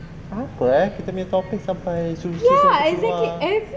apa eh kita punya topik sampai susu pun keluar